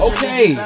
Okay